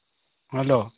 hello